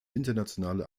internationale